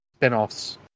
spinoffs